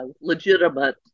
legitimate